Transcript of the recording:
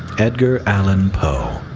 edgar allan poe.